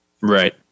right